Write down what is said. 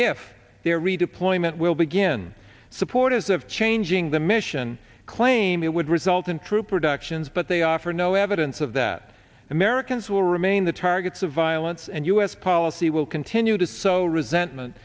if there redeployment will begin supporters of changing the mission claimed it would result in troop reductions but they offer no evidence of that americans will remain the targets of violence and u s policy will continue to sow resentment